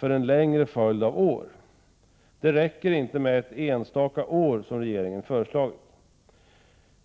under en längre följd av år. Det räcker inte med ett enstaka år, som regeringen föreslagit.